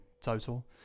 total